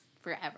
forever